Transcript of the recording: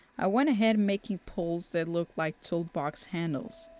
i went ahead making pulls that look like tool box handles.